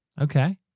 Okay